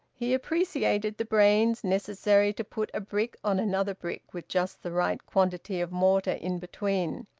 he appreciated the brains necessary to put a brick on another brick, with just the right quantity of mortar in between.